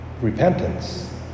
repentance